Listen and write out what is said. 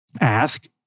ask